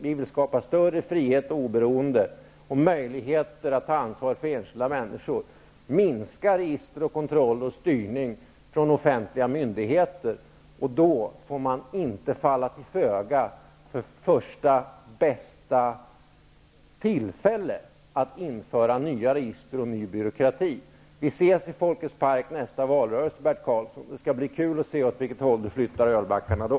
Vi vill skapa större frihet och oberoende och möjligheter för enskilda människor att ta ansvar, minska register och kontroll och styrning från offentliga myndigheter. Då får man inte falla till föga för första bästa tillfälle att införa nya register och ny byråkrati. Vi ses i folkets park nästa valrörelse, Bert Karlsson! Det skall bli kul att se åt vilket håll ni flyttar ölbackarna då.